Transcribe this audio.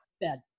bed